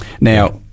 Now